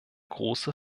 große